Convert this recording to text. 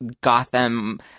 Gotham